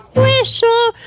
whistle